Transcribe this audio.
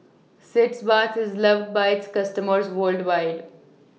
Sitz Bath IS loved By its customers worldwide